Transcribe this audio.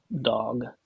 dog